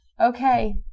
okay